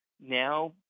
now